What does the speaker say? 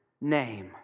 name